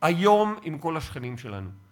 היום עם כל השכנים שלנו.